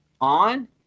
on